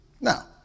Now